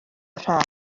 rhan